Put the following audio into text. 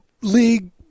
league